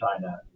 China